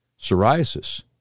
psoriasis